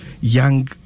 young